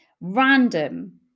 random